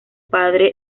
padre